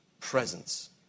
presence